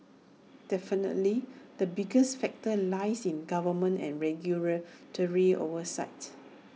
definitely the biggest factor lies in government and regulatory oversight